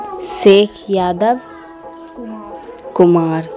Sheikh Yadav Kumar